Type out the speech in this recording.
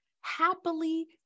Happily